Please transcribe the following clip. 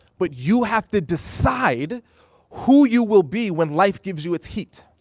but you have to decide who you will be when life gives you its heat.